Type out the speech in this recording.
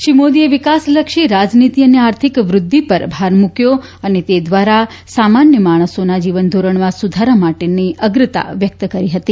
શ્રી મોદીએ વિકાસલક્ષી રાજનીતી અને આર્થિક વૃદ્ધિ પર ભાર મૂક્યો અને તે દ્વારા સામાન્ય માણસોના જીવનધોરણમાં સુધારા માટેના અગ્રતા વ્યકત કરી હતી